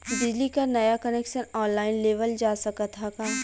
बिजली क नया कनेक्शन ऑनलाइन लेवल जा सकत ह का?